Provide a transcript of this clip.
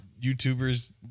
YouTubers